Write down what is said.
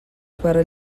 para